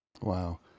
Wow